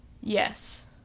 Yes